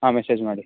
ಹಾಂ ಮೆಸೇಜ್ ಮಾಡಿ